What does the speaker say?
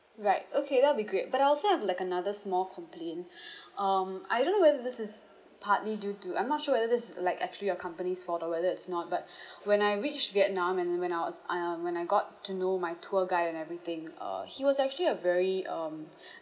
right okay that will be great but I also have like another small complaint um I don't know whether this is partly due to I'm not sure whether this is like actually your company's fault or whether it's not but when I reached vietnam and then when I was uh when I got to know my tour guide and everything uh he was actually a very um